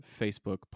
facebook